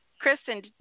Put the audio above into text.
Kristen